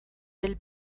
del